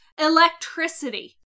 electricity